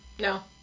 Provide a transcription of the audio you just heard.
No